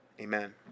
Amen